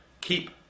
Keep